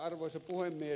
arvoisa puhemies